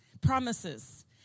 promises